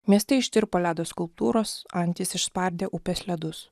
mieste ištirpo ledo skulptūros antys išspardė upės ledus